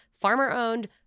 Farmer-owned